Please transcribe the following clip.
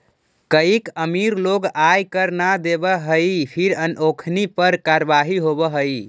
कईक अमीर लोग आय कर न देवऽ हई फिर ओखनी पर कारवाही होवऽ हइ